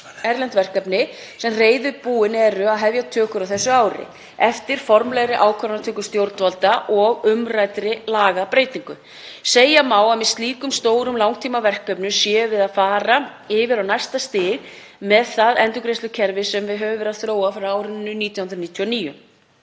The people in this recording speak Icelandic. erlend verkefni, og menn eru reiðubúnir að hefja tökur á þessu ári, eftir formlegri ákvarðanatöku stjórnvalda og umræddri lagabreytingu. Segja má að með slíkum stórum langtímaverkefnum séum við að fara yfir á næsta stig með það endurgreiðslukerfi sem við höfum verið að þróa frá árinu 1999.